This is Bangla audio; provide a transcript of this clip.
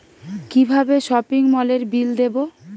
কিভাবে সপিং মলের বিল দেবো?